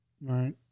right